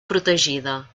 protegida